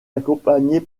accompagnée